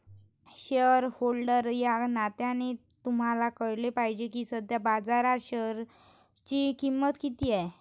shareholder या नात्याने तुम्हाला कळले पाहिजे की सध्या बाजारात शेअरची किंमत किती आहे